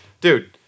Dude